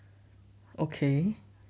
okay